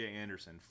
Anderson